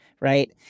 right